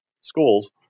schools